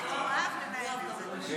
הסתייגות לפני סעיף 1,